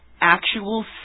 actual